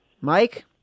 Mike